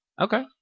okay